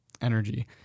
energy